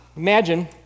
Imagine